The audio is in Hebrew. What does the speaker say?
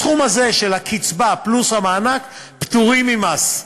הסכום הזה, של הקצבה, מול המענק פטורים ממס.